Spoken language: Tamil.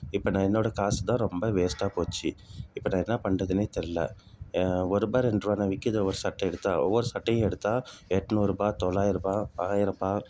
இப்போ நான் என்னோட காசு தான் ரொம்ப வேஸ்ட்டாக போச்சு இப்போ நான் என்ன பண்ணுறதுனே தெரில ஒருரூபா ரெண்டுரூவானா விக்குது ஒரு சட்டை எடுத்தால் ஒவ்வொரு சட்டையும் எடுத்தால் எட்நூறுபா தொள்ளாயர்ரூபா ஆயரரூபா